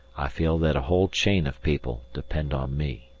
i feel that a whole chain of people depend on me.